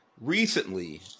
recently